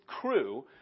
crew